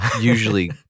usually